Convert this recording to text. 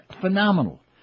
phenomenal